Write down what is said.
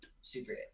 super